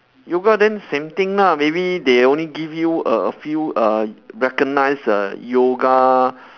yoga then same thing lah maybe they only give you a a few a recognised err yoga